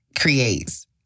creates